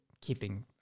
keeping